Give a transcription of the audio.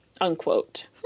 unquote